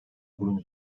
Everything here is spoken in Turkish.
bunun